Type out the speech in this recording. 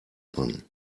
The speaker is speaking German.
dran